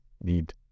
need